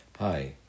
Hi